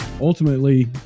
ultimately